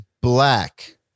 black